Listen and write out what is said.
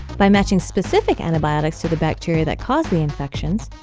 by matching specific antibiotics to the bacteria that cause the infections,